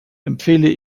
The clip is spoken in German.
empfehle